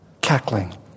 Cackling